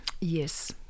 yes